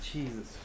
Jesus